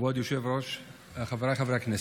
כבוד היושב-ראש, חבריי חברי הכנסת,